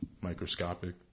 microscopic